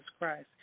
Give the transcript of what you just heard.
Christ